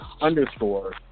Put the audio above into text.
underscore